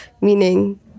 meaning